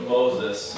Moses